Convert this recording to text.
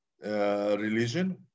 religion